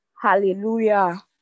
Hallelujah